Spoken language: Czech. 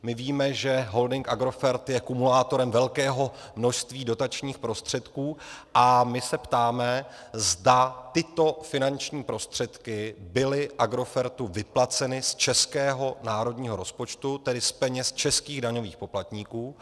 My víme, že holding Agrofert je kumulátorem velkého množství dotačních prostředků, a my se ptáme, zda tyto finanční prostředky byly Agrofertu vyplaceny z českého národního rozpočtu, tedy z peněz českých daňových poplatníků.